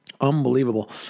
Unbelievable